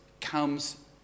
comes